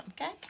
Okay